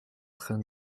train